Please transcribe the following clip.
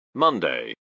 Monday